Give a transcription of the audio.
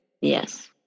yes